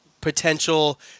potential